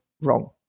wrong